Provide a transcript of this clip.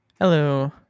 Hello